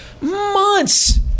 months